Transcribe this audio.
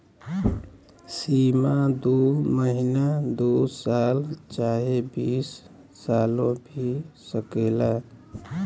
सीमा दू महीना दू साल चाहे बीस सालो भी सकेला